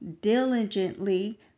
diligently